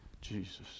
Jesus